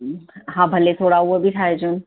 हा भले थोरा हूअ बि ठाइजोनि